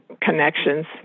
connections